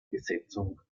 besetzung